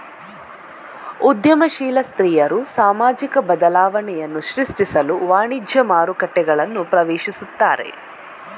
ಉದ್ಯಮಶೀಲ ಸ್ತ್ರೀಯರು ಸಾಮಾಜಿಕ ಬದಲಾವಣೆಯನ್ನು ಸೃಷ್ಟಿಸಲು ವಾಣಿಜ್ಯ ಮಾರುಕಟ್ಟೆಗಳನ್ನು ಪ್ರವೇಶಿಸುತ್ತಾರೆ